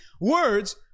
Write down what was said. words